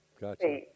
Gotcha